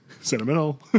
sentimental